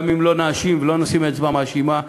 גם אם לא נאשים ולא נפנה אצבע מאשימה,